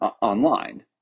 online